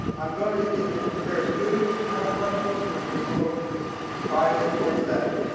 i'm gonna if there are students who have questions, we're going to be a little biased towards them.